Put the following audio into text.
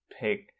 pick